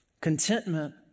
Contentment